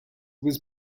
was